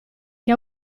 che